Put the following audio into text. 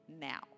now